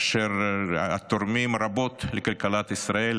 אשר תורמים רבות לכלכלת ישראל.